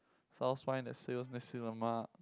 South Spine that sells Nasi-Lemak